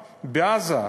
בעזה,